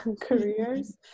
careers